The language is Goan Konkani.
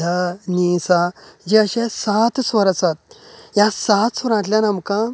ध नी सा जे अशे सात स्वर आसात ह्या सात स्वरांतल्यान आमकां